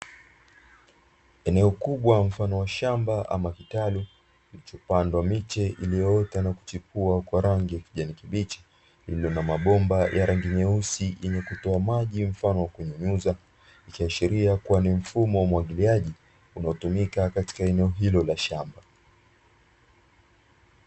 Eneo kubwa mfano wa shamba ama kitalu kilichopandwa miche iliyoota na kuchipua kwa rangi ya kijani kibichi, lililo na mabomba ya rangi nyeusi, yenye kutoa maji mfano wa kunyunyuza ikiashiria kuwa ni mfumo wa umwagiliaji unaotumika katika eneo hilo la shamba.